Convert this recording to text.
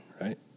right